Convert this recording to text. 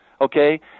Okay